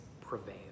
prevail